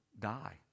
die